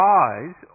eyes